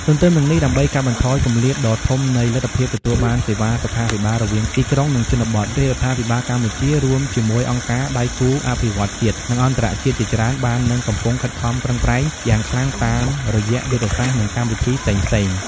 ទទ្ទឹមនឹងនេះ ដើម្បីកាត់បន្ថយគម្លាតដ៏ធំនៃលទ្ធភាពទទួលបានសេវាសុខាភិបាលរវាងទីក្រុង និងជនបទ រាជរដ្ឋាភិបាលកម្ពុជារួមជាមួយអង្គការដៃគូអភិវឌ្ឍន៍ជាតិ និងអន្តរជាតិជាច្រើន បាននិងកំពុងខិតខំប្រឹងប្រែងយ៉ាងខ្លាំងតាមរយៈយុទ្ធសាស្ត្រ និងកម្មវិធីផ្សេងៗ។